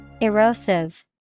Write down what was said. Erosive